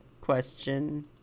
question